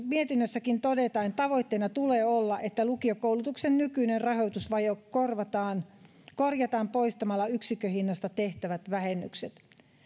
mietinnössäkin todetaan tavoitteena tulee olla että lukiokoulutuksen nykyinen rahoitusvaje korjataan poistamalla yksikköhinnasta tehtävät vähennykset